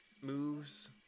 moves